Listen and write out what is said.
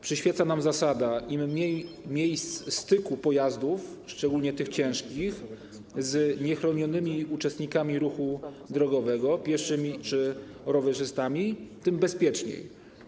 Przyświeca nam zasada: im mniej miejsc styku pojazdów, szczególnie tych ciężkich, z niechronionymi uczestnikami ruchu drogowego, pieszymi czy rowerzystami, tym bezpieczniej.